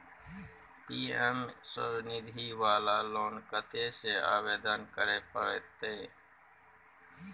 PM Svanidhi वाला loan कत्ते से आवेदन करे परतै?